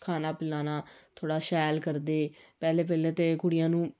खाना पिलाना थोह्ड़ा शैल करदे पैह्ले पैह्ले ते कुड़ियां नूं